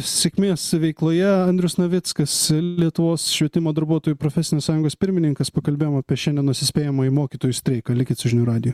sėkmės veikloje andrius navickas lietuvos švietimo darbuotojų profesinės sąjungos pirmininkas pakalbėjom apie šiandienos įspėjamąjį mokytojų streiką likit su žinių radiju